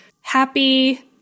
happy